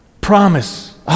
promise